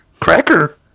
Cracker